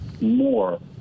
more